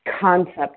concept